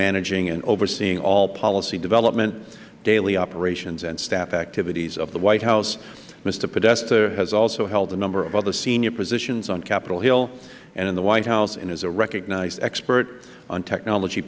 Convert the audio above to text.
managing and overseeing all policy development daily operations and staff activities of the white house mister podesta has also held a number of other senior positions on capitol hill and in the white house and is a recognized expert on technology